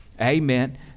Amen